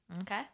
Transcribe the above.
Okay